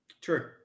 True